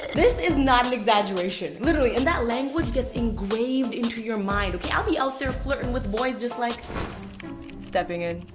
this is not an exaggeration, literally. and that language gets engraved into your mind, okay? i ah be out there flirting with boys just like stepping in.